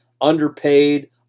underpaid